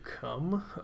come